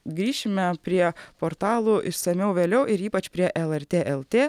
grįšime prie portalų išsamiau vėliau ir ypač prie lrt lt